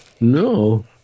No